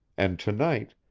and to-night,